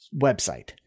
website